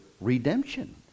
redemption